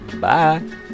Bye